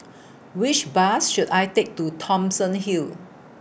Which Bus should I Take to Thomson Hill